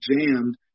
jammed